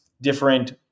different